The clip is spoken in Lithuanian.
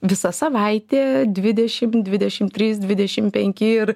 visa savaitė dvidešim dvidešim trys dvidešim penki ir